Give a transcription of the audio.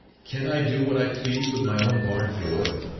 can't i do what i please with my own barn door?